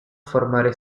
formare